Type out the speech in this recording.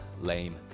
lame